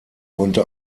konnte